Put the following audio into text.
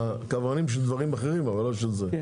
קברנים של דברים אחרים, אבל לא של זה.